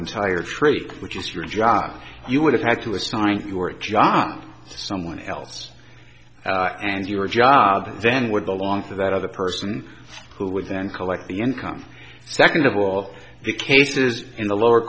entire tree which is your job you would have had to assign your job someone else and your job then would belong to that other person who would then collect the income second of all the cases in the lower